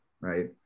right